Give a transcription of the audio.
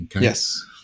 Yes